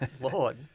Lord